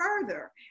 further